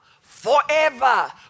forever